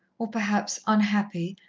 or perhaps unhappy,